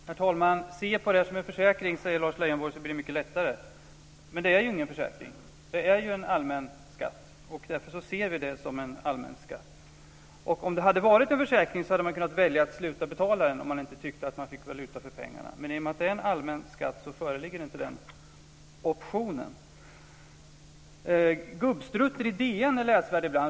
Herr talman! Se på det som en försäkring, säger Lars Leijonborg, så blir det mycket lättare. Det är ju ingen försäkring. Det är en allmän skatt, och därför ser vi det som en allmän skatt. Om det hade varit en försäkring hade man kunnat välja att sluta betala den om man inte tyckte att man fick valuta för pengarna. Men i och med att det är en allmän skatt föreligger inte den "optionen". Gubbstrutten i DN är läsvärd ibland.